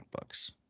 books